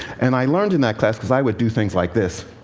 and i learned in that class because i would do things like this.